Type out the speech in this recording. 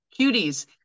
cuties